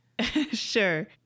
sure